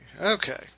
Okay